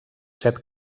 set